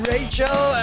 Rachel